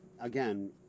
again